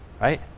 right